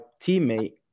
teammate